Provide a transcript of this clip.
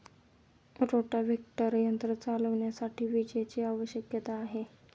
rotavator यंत्र चालविण्यासाठी विजेची आवश्यकता आहे